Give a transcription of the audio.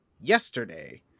yesterday